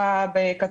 יש